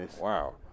Wow